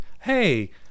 Hey